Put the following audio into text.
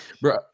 bro